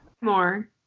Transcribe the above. More